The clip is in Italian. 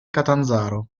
catanzaro